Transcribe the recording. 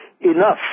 enough